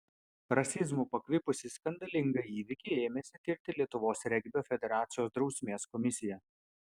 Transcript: rasizmu pakvipusį skandalingą įvykį ėmėsi tirti lietuvos regbio federacijos drausmės komisija